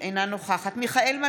אינו נוכח בנימין נתניהו,